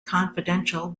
confidential